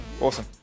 Awesome